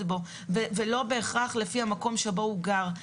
בו ולא בהכרח לפי המקום בו הוא גר.